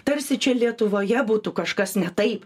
tarsi čia lietuvoje būtų kažkas ne taip